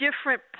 different